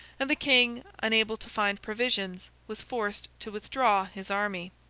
and the king, unable to find provisions, was forced to withdraw his army.